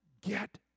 get